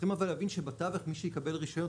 צריכים אבל להבין שבתווך מי שיקבל רישיון,